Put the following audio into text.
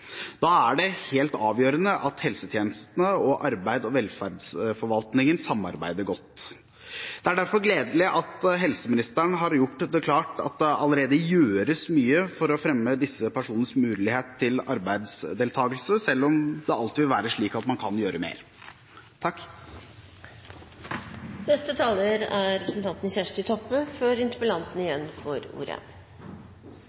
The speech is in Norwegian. Da er det helt avgjørende at helsetjenestene og arbeids- og velferdsforvaltningen samarbeider godt. Det er derfor gledelig at helseministeren har gjort det klart at det allerede gjøres mye for å fremme disse personers muligheter til arbeidsdeltakelse, selv om det alltid vil være slik at man kan gjøre mer. Først takk